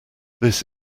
this